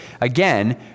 again